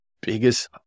biggest